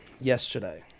yesterday